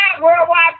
Worldwide